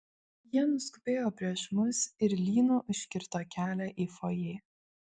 jie nuskubėjo prieš mus ir lynu užkirto kelią į fojė